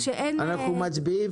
אנחנו מצביעים.